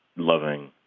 loving